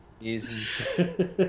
easy